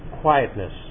quietness